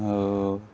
ଆଉ